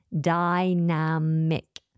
Dynamic